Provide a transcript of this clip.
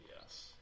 Yes